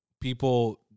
people